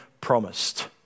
promised